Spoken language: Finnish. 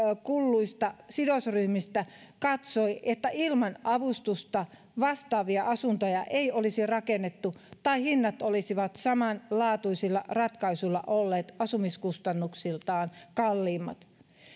kuulluista sidosryhmistä katsoi että ilman avustusta vastaavia asuntoja ei olisi rakennettu tai hinnat olisivat samanlaatuisilla ratkaisuilla olleet asumiskustannuksiltaan kalliimmat